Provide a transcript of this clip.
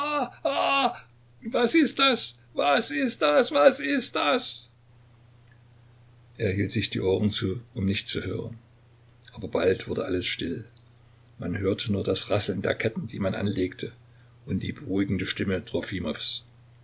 was ist das was ist das was ist das er hielt sich die ohren zu um nicht zu hören aber bald wurde alles still man hörte nur das rasseln der ketten die man anlegte und die beruhigende stimme